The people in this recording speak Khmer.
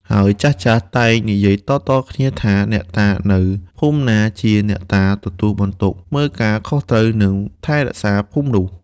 ហើយចាស់ៗតែងនិយាយតៗគ្នាថា អ្នកតានៅភូមិណាជាអ្នកតាទទួលបន្ទុកមើលការខុសត្រូវ និងថែរក្សាភូមិនោះ។